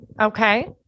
Okay